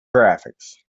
graphics